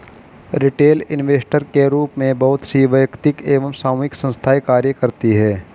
retail investor के रूप में बहुत सी वैयक्तिक एवं सामूहिक संस्थाएं कार्य करती हैं